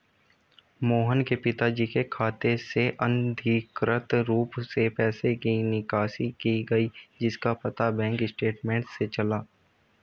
मोहन के पिताजी के खाते से अनधिकृत रूप से पैसे की निकासी की गई जिसका पता बैंक स्टेटमेंट्स से चला